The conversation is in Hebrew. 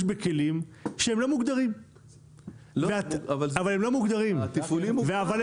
בכלים שהם לא מוגדרים אבל הם פועלים.